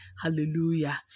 hallelujah